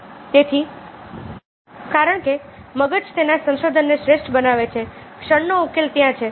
તેથી કારણ કે મગજ તેના સંસાધનોને શ્રેષ્ઠ બનાવે છે ક્ષણનો ઉકેલ ત્યાં છે